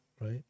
right